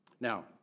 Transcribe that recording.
Now